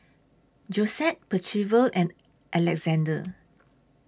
Josette Percival and Alexander